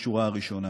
בשורה הראשונה.